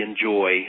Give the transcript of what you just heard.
enjoy